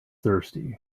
thirsty